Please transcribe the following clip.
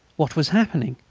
what was happening?